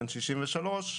בן 63,